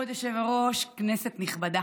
כבוד היושב-ראש, כנסת נכבדה,